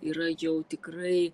yra jau tikrai